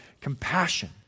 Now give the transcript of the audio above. compassion